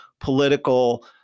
political